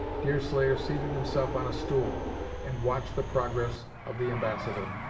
deerslayer seated himself on a stool and watched the progress of the ambassador,